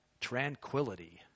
tranquility